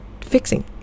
fixing